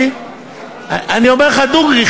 אני אומר לך דוגרי,